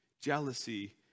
Jealousy